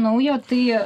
naujo tai